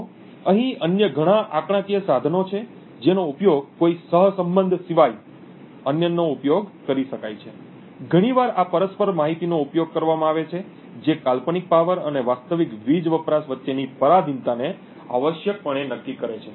તો અહીં અન્ય ઘણાં આંકડાકીય સાધનો છે જેનો ઉપયોગ કોઈ સહસંબંધ સિવાય અન્યનો ઉપયોગ કરી શકાય છે ઘણી વાર આ પરસ્પર માહિતીનો ઉપયોગ કરવામાં આવે છે જે કાલ્પનિક પાવર અને વાસ્તવિક વીજ વપરાશ વચ્ચેની પરાધીનતાને આવશ્યકપણે નક્કી કરે છે